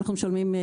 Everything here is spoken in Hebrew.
אנחנו משלמים.